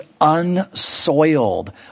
unsoiled